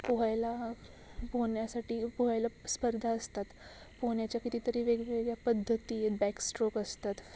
पोहायला पोहण्यासाठी पोहायला स्पर्धा असतात पोहण्याच्या कितीतरी वेगवेगळ्या पद्धतीत बॅकस्ट्रोक असतात